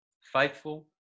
faithful